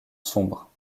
sombre